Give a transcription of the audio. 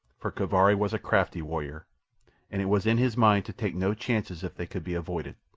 for kaviri was a crafty warrior and it was in his mind to take no chances, if they could be avoided.